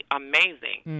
amazing